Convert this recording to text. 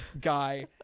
guy